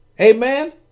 Amen